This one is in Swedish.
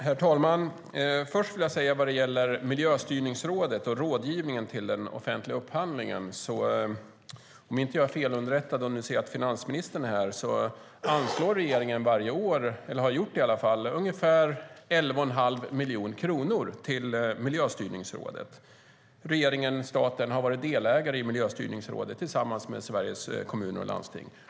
Herr talman! Först vill jag säga något om Miljöstyrningsrådet och rådgivningen till den offentliga upphandlingen. Om jag inte är felunderrättad - nu ser jag att finansministern är här - anslår regeringen varje år ungefär 11 1⁄2 miljon kronor till Miljöstyrningsrådet. Den har i alla fall gjort det. Regeringen och staten har varit delägare i Miljöstyrningsrådet tillsammans med Sveriges Kommuner och Landsting.